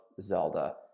zelda